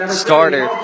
starter